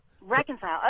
Reconcile